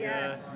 Yes